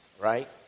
right